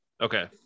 Okay